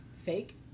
fake